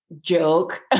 joke